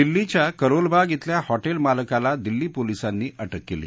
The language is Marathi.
दिल्लीच्या करोल बाग धिल्या हॉटेल मालकाला दिल्ली पोलिसांनी अटक केली